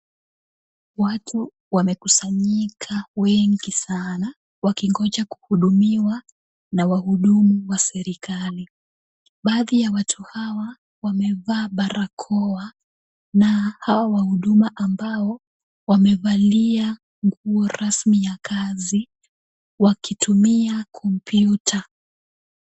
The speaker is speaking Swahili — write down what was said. Watu wamekusanyika wengi sana wakingoja kuhudumiwa na wahudumu wa serikali. Baadhi ya watu hawa wamevaa barakoa, na hawa wa huduma ambao wamevalia nguo rasmi ya kazi wakitumia kompyuta.